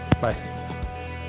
Bye